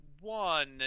one